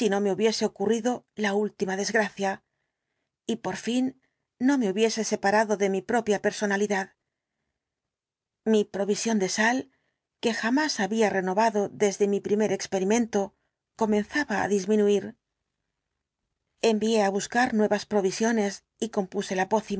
no me hubiese ocurrido la última desgracia y por fin no me hubiese separado de mi propia personalidad mi provisión de sal que jamás había renovado desde mi primer experimento comenzaba á disminuir envié á buscar nuevas provisiones y compuse la